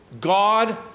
God